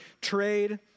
trade